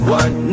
one